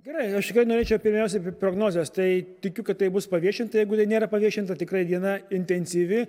gerai aš norėčiau pirmiausia prognozės tai tikiu kad tai bus paviešinta jeigu jinai nėra paviešinta tikrai diena intensyvi